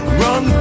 run